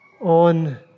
on